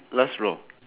last floor